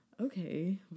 Okay